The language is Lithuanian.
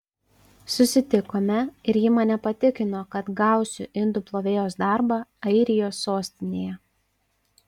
susitikome ir ji mane patikino kad gausiu indų plovėjos darbą airijos sostinėje